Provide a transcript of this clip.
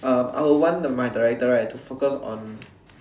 uh I would want the my director right to focus on